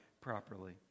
properly